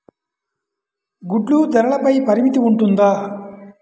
గుడ్లు ధరల పై పరిమితి ఉంటుందా?